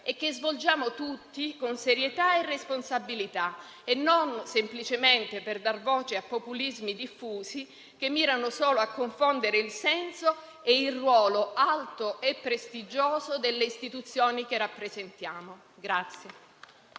e che svolgiamo tutti con serietà e responsabilità e non semplicemente per dar voce a populismi diffusi che mirano solo a confondere il senso e il ruolo alto e prestigioso delle istituzioni che rappresentiamo.